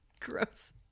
Gross